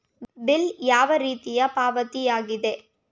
Bill ಯಾವ ರೀತಿಯ ಪಾವತಿಯಾಗಿದೆ?